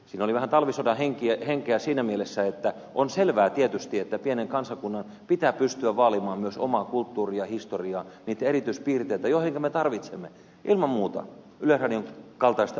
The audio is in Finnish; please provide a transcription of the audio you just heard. siinä oli vähän talvisodan henkeä siinä mielessä että on selvää tietysti että pienen kansakunnan pitää pystyä vaalimaan myös omaa kulttuuriaan historiaa niitä erityispiirteitä joihin me tarvitsemme ilman muuta yleisradion kaltaista organisaatiota